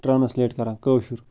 translate کَران کٲشُر